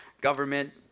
government